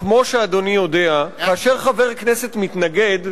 כמו שאדוני היושב-ראש יודע, כאשר חבר כנסת מתנגד,